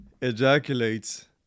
Ejaculates